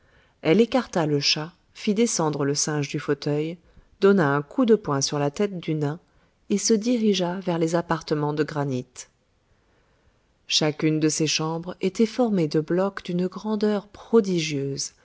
elle écarta le chat fit descendre le singe du fauteuil donna un coup de poing sur la tête du nain et se dirigea vers les appartements de granit chacune de ces chambres était formée de blocs d'une grandeur prodigieuse